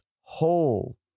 whole